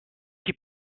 qui